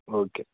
okay